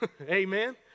Amen